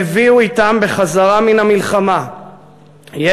הם הביאו אתם בחזרה מן המלחמה ידע